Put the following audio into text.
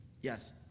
yes